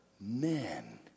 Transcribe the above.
Men